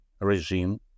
regime